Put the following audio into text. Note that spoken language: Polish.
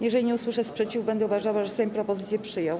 Jeżeli nie usłyszę sprzeciwu, będę uważała, że Sejm propozycję przyjął.